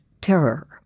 terror